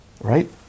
Right